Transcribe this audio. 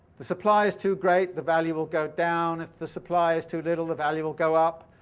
the supply is too great, the value will go down, if the supply is too little, the value will go up.